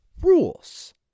Rules